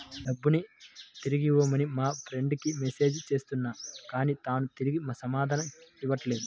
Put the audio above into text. డబ్బుని తిరిగివ్వమని మా ఫ్రెండ్ కి మెసేజ్ చేస్తున్నా కానీ తాను తిరిగి సమాధానం ఇవ్వట్లేదు